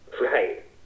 Right